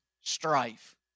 strife